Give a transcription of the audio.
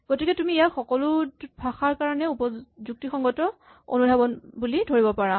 গতিকে তুমি ইয়াক সকলো ভাষাৰ কাৰণে যুক্তি সংগত অনুধাৱন বুলি ধৰিব পাৰা